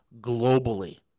globally